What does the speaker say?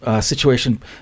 situation